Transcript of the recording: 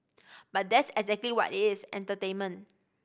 but that's exactly what it is entertainment